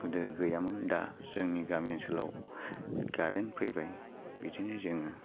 गोदो गैयामोन दा जोंनि गामि ओनसोलाव कारेन्ट फैबाय बिदिनो जोङो